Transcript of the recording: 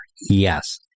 Yes